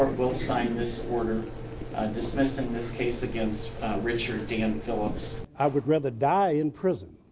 will sign this order dismissing this case against richard dan phillips. i would rather die in prison